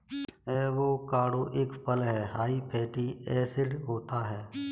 avocado एक फल हैं हाई फैटी एसिड होता है